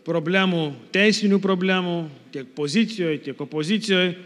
problemų teisinių problemų tiek pozicijoj tiek opozicijoj